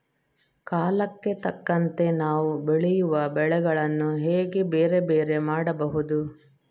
ಕಾಲಕ್ಕೆ ತಕ್ಕಂತೆ ನಾವು ಬೆಳೆಯುವ ಬೆಳೆಗಳನ್ನು ಹೇಗೆ ಬೇರೆ ಬೇರೆ ಮಾಡಬಹುದು?